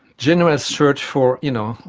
general search for, you know,